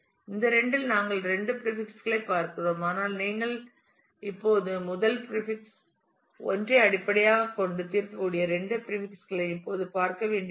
இந்த இரண்டில் நாங்கள் இரண்டு பிரீபிக்ஸ் களைப் பார்க்கிறோம் ஆனால் நீங்கள் இப்போது முதல் பிரீபிக்ஸ் 1 ஐ அடிப்படையாகக் கொண்டு தீர்க்கக்கூடிய இரண்டு பிரீபிக்ஸ் களையும் இப்போது பார்க்க வேண்டியதில்லை